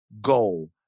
goal